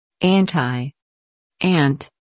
Anti-Ant